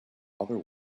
other